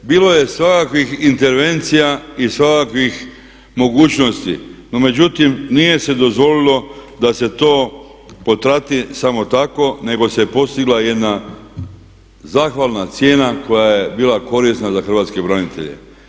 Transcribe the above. Bilo je svakakvih intervencija i svakakvih mogućnosti no međutim nije se dozvolilo da se to potrati samo tako nego se postigla jedna zahvalna cijena koja je bila korisna za hrvatske branitelje.